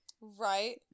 Right